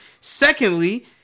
Secondly